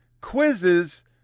quizzes